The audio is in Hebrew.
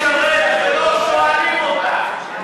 לשרת ולא שואלים אותך,